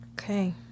okay